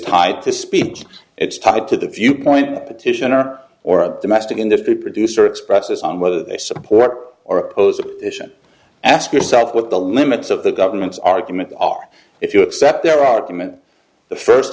tied to speech it's tied to the viewpoint of the petitioner or domestic in the producer expresses on whether they support or oppose it ask yourself what the limits of the government's argument are if you accept their argument the first